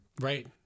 Right